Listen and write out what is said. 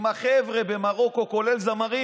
תכף נדבר על,